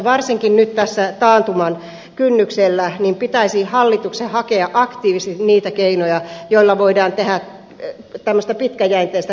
varsinkin nyt tässä taantuman kynnyksellä pitäisi hallituksen hakea aktiivisesti niitä keinoja joilla voidaan tehdä tämmöistä pitkäjänteistä liikennepolitiikkaa